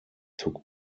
took